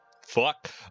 fuck